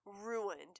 ruined